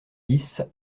dix